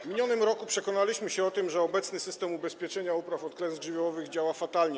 W minionym roku przekonaliśmy się o tym, że obecny system ubezpieczenia upraw od klęsk żywiołowych działa fatalnie.